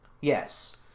Yes